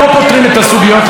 שעומדות על סדר-היום.